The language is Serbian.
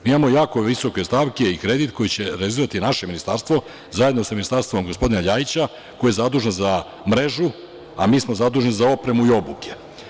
Mi imamo jako visoke stavke i kredit koji će realizovati naše ministarstvo, zajedno sa ministarstvom gospodina LJajića, koji je zadužen za mrežu, a mi smo zaduženi za opremu i obuke.